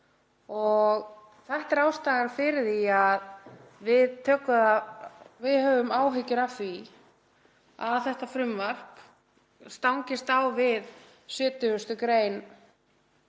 Þetta er ástæðan fyrir því að við höfum áhyggjur af því að þetta frumvarp stangist á við 70. gr.